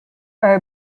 are